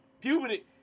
puberty